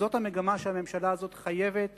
זאת המגמה שהממשלה הזאת חייבת